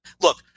look